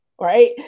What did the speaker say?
right